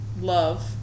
love